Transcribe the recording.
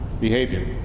behavior